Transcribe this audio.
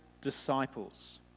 disciples